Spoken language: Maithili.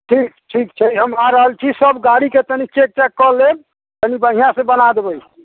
ठीक ठीक छै हम आ रहल छी सब गाड़ी के तनी चेक चाक कऽ लेब कनी बढ़िऑं से बना देबै